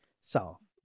south